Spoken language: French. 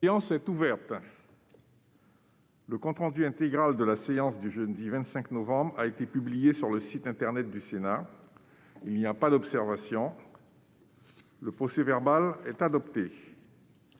La séance est ouverte. Le compte rendu intégral de la séance du jeudi 25 novembre 2021 a été publié sur le site internet du Sénat. Il n'y a pas d'observation ?... Le procès-verbal est adopté.